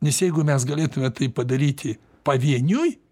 nes jeigu mes galėtume tai padaryti pavieniui